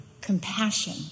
compassion